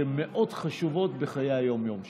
שהן מאוד חשובות בחיי היום-יום שלנו.